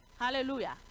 hallelujah